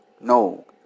No